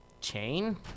chain